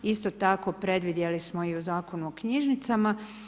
Isto tako predvidjeli smo i u Zakonu o knjižnicama.